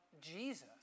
Jesus